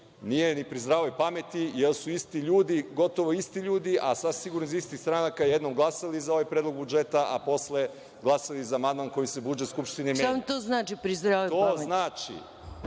nije ni pri zdravoj pameti, jer su isti ljudi, gotovo isti ljudi, a sasvim sigurno iz istih stranaka jednom glasali za ovaj predlog budžeta, a posle glasali za amandman kojim se budžet Skupštine menja. **Maja Gojković** Šta vam to znači pri zdravoj pameti? **Marko